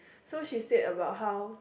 so she said about how